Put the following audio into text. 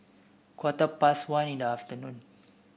quarter past one in the afternoon